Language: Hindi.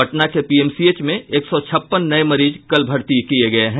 पटना के पीएमसीएच में एक सौ छप्पन नये मरीज कल भरती किये गये हैं